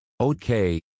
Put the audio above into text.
Okay